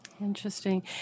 Interesting